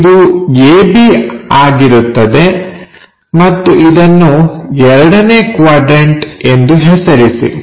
ಇದು ab ಆಗಿರುತ್ತದೆ ಮತ್ತು ಇದನ್ನು ಎರಡನೇ ಕ್ವಾಡ್ರನ್ಟ ಎಂದು ಹೆಸರಿಸಿ